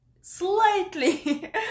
slightly